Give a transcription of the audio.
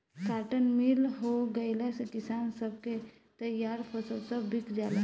cotton mill हो गईला से किसान सब के तईयार फसल सब बिका जाला